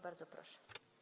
Bardzo proszę.